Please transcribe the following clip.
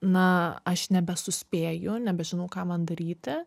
na aš nebesuspėju nebežinau ką man daryti